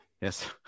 yes